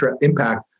impact